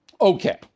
Okay